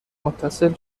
متصل